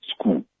school